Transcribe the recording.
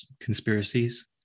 conspiracies